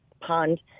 pond